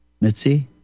mitzi